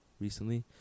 recently